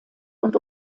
und